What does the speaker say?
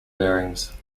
bearings